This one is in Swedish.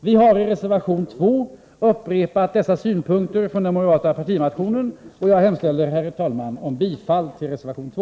Vi har i reservation 2 upprepat dessa synpunkter från den moderata partimotionen. Jag hemställer, herr talman, om bifall till reservation 2.